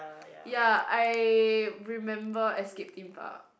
ya I remember Escape-Theme-Park